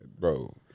Bro